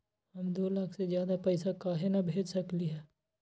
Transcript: हम दो लाख से ज्यादा पैसा काहे न भेज सकली ह?